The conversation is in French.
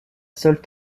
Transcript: seule